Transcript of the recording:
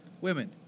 women